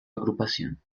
agrupación